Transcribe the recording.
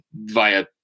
via